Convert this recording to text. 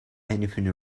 anything